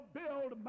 build